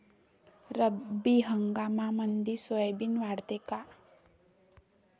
रब्बी हंगामामंदी सोयाबीन वाढते काय?